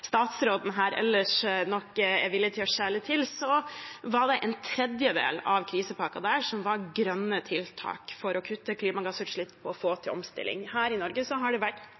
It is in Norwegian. statsråden ellers nok er villig til å skjele til, var en tredjedel av krisepakken der grønne tiltak for å kutte klimagassutslipp og få til omstilling. Her i Norge har det vært